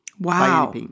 Wow